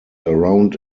around